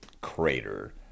crater